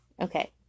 Okay